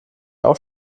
auch